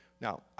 Now